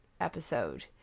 episode